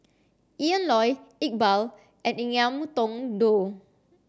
Ian Loy Iqbal and Ngiam Tong Dow